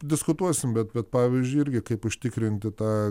diskutuosim bet bet pavyzdžiui irgi kaip užtikrinti tą